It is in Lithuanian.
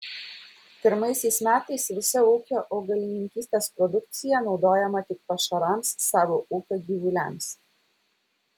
pirmaisiais metais visa ūkio augalininkystės produkcija naudojama tik pašarams savo ūkio gyvuliams